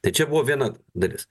tai čia buvo viena dalis